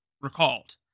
recalled